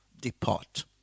depart